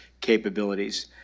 capabilities